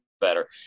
better